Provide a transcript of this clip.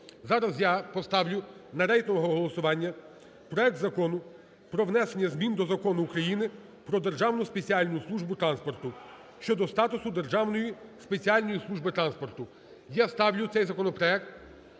Зараз я поставлю на рейтингове голосування проект Закону про внесення змін до Закону України "Про Державну спеціальну службу транспорту" щодо статусу Державної спеціальної служби транспорту. Я ставлю цей законопроект